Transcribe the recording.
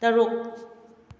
ꯇꯔꯨꯛ